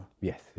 Yes